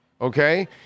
okay